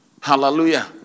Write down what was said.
Hallelujah